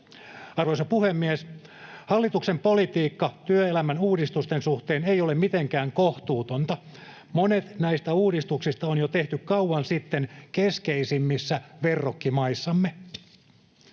Arvoisa puhemies! Hallituksen politiikka työelämän uudistusten suhteen ei ole mitenkään kohtuutonta. Monet näistä uudistuksista on tehty jo kauan sitten keskeisimmissä verrokkimaissamme.